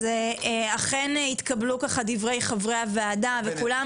אז אכן, התקבלו ככה דברי חברי הוועדה וכולם.